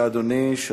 בבקשה, אדוני.